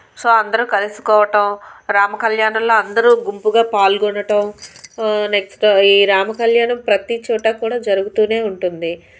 so అందరూ కలుసుకోవటం రామ కళ్యాణంలో అందరూ గుంపుగా పాల్గొనటం నెక్స్ట్ ఈ రామ కళ్యాణం ప్రతి చోట కూడా జరుగుతూనే ఉంటుంది